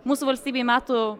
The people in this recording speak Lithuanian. mūsų valstybei metų